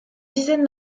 dizaines